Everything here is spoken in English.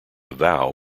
vow